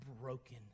broken